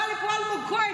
בא לפה אלמוג כהן,